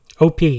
Op